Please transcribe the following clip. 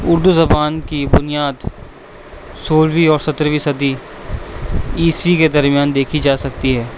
اردو زبان کی بنیاد سولہویں اور سترہویں صدی عیسوی کے درمیان دیکھی جا سکتی ہے